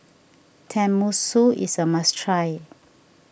Tenmusu is a must try